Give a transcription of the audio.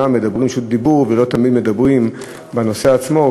רשות דיבור ולא תמיד מדברים על הנושא עצמו,